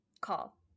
call